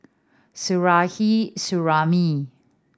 Suzairhe Sumari